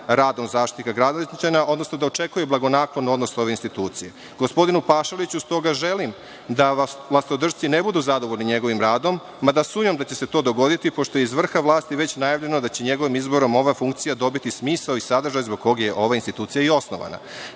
radom Zaštitnika građana, odnosno da očekuje blagonaklon odnos ove institucije. Gospodinu Pašaliću s toga želim da vlastodršci ne budu zadovoljni njegovim radom, mada sumnjam da će se to dogoditi, pošto je iz vrha vlasti već najavljeno da će njegovim izborom ova funkcija dobiti smisao i sadržaj zbog kog je ova institucija i osnovana.